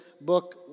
book